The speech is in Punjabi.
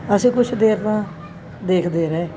ਅਸੀਂ ਕੁਛ ਦੇਰ ਤਾਂ ਦੇਖਦੇ ਰਹੇ